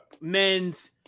men's